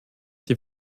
die